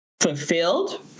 fulfilled